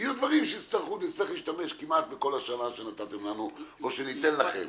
ויהיו דברים שתצטרכו להשתמש כמעט בכל השנה שנתתם לנו או שניתן לכם.